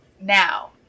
Now